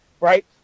Right